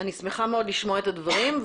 אני שמחה מאוד לשמוע את הדברים,